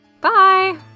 Bye